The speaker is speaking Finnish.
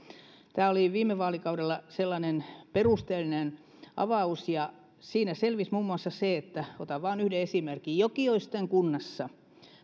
tämä oli viime vaalikaudella perusteellinen avaus ja siinä selvisi muun muassa se otan vain yhden esimerkin että jokioisten kunnassa silloisen